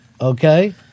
Okay